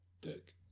Dick